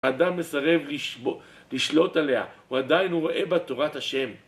אדם מסרב לשלוט עליה, הוא עדיין הוא רואה בה תורת השם